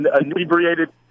Inebriated